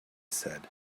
said